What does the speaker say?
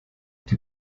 die